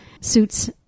Suits